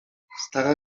stara